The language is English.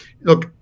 look